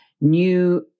new